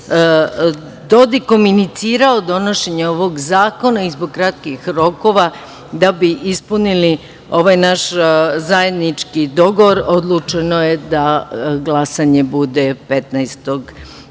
Dodikom inicirao donošenje ovog zakona i zbog kratkih rokova, da bi ispunili ovaj naš zajednički dogovor, odlučeno je da glasanje bude 15.